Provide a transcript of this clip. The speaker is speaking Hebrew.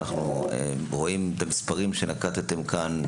אנחנו רואים במספרים שנקטתם כאן,